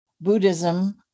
Buddhism